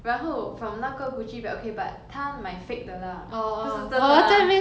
然后 from 那个 gucci bag okay but 她买 fake 的 lah 不是真的 lah